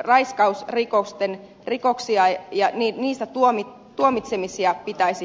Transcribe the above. raiskausrikoksia ja niistä tuomitsemisia pitäisi suunnata